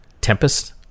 Tempest